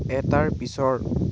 এটাৰ পিছৰ